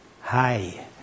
Hi